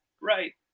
Right